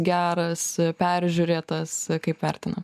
geras peržiūrėtas kaip vertina